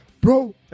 Bro